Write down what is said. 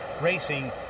racing